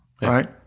Right